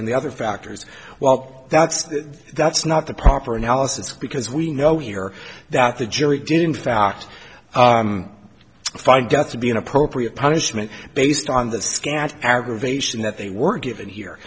and the other factors well that's that's not the proper analysis because we know here that the jury did in fact find gets to be an appropriate punishment based on the scant aggravation that they weren't given here